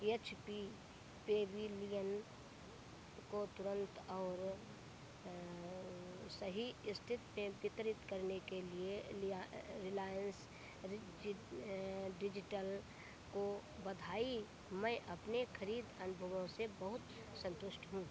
H P Pavilion को तुरंत और सही स्थिति में वितरित करने के लिए रिलाइन्स डिजिटल को बधाई मैं अपने ख़रीद अनुभवों से बहुत संतुष्ट हूँ